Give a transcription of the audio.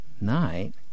night